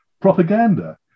Propaganda